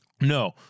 No